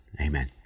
Amen